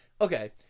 Okay